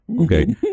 okay